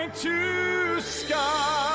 like to sky